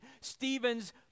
Stephen's